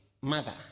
mother